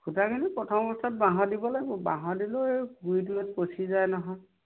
খুঁটাখিনি প্ৰথম বছৰত বাঁহৰ দিব লাগিব বাঁহৰ দিলেও এই গুড়িটো পচি যায় নহয়